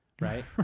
Right